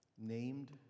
named